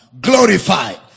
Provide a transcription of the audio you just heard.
glorified